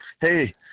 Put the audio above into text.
hey